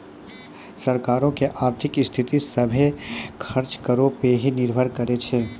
सरकारो के आर्थिक स्थिति, सभ्भे खर्च करो पे ही निर्भर करै छै